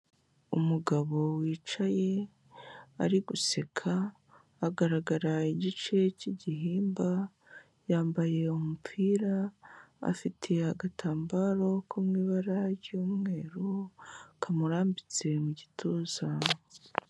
Umugabo wicaye ari guseka, agaragara igice cy'igihimba, yambaye umupira, afite agatambaro ko mu ibara ry'umweru kamurambitse mu gituza.